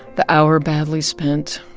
the hour badly spent.